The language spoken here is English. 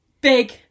Big